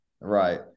Right